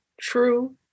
true